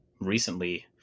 recently